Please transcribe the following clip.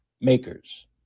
makers